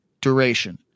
duration